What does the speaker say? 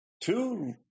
two